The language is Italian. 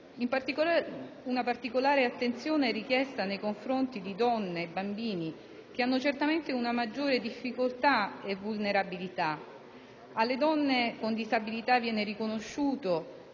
Una particolare attenzione è richiesta nei confronti di donne e bambini, che hanno certamente una maggiore difficoltà e vulnerabilità. Verso le donne con disabilità viene riconosciuto,